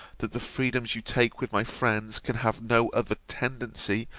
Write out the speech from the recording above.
that the freedoms you take with my friends, can have no other tendency,